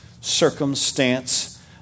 circumstance